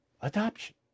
adoption